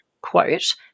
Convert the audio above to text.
quote